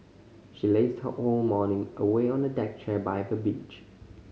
she lazed her whole morning away on a deck chair by the beach